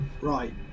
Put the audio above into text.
right